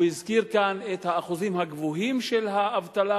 הוא הזכיר כאן את האחוזים הגבוהים של האבטלה,